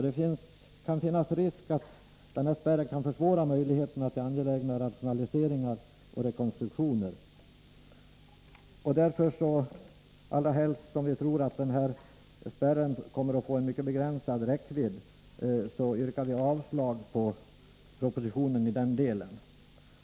Det kan finnas risk för att denna spärr kan försvåra möjligheterna till angelägna rationaliseringar och rekonstruktioner. Därför, och allra helst som vi tror att denna spärr kommer att få en mycket begränsad räckvidd, yrkar vi avslag på propositionen i den delen.